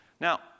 Now